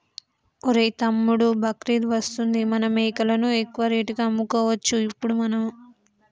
ఒరేయ్ తమ్ముడు బక్రీద్ వస్తుంది మన మేకలను ఎక్కువ రేటుకి అమ్ముకోవచ్చు ఇప్పుడు మనము